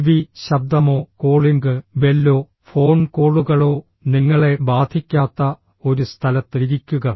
TV ശബ്ദമോ calling ബെല്ലോ phone കോളുകളോ നിങ്ങളെ ബാധിക്കാത്ത ഒരു സ്ഥലത്ത് ഇരിക്കുക